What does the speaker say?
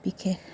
বিশেষ